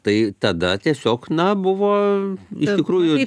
tai tada tiesiog na buvo iš tikrųjų